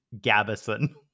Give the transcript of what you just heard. Gabison